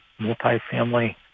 multifamily